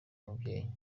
mubyeyi